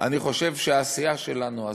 אני חושב שהעשייה הזאת שלנו,